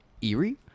eerie